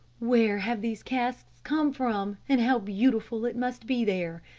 where have these casks come from and how beautiful it must be there!